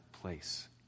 place